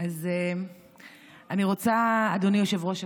אני רוצה, אדוני היושב-ראש,